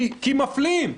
כי מפלים,